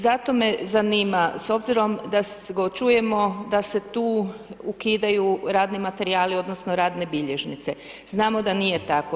Zato me zanima, s obzirom da čujemo da se tu ukidaju radni materijali odnosno radne bilježnice, znamo da nije tako.